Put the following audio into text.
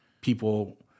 people